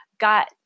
got